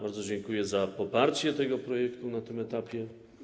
Bardzo dziękuję za poparcie tego projektu na tym etapie.